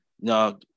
no